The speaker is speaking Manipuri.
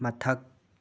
ꯃꯊꯛ